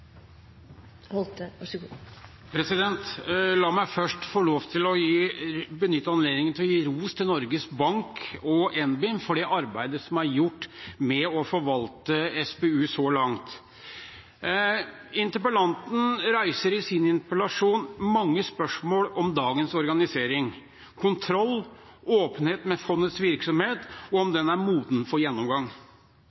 SPU så langt. Interpellanten reiser i sin interpellasjon mange spørsmål om dagens organisering – kontroll, åpenhet om fondets virksomhet og om den er moden for gjennomgang.